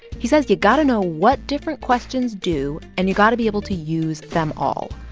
he says you got to know what different questions do, and you got to be able to use them all.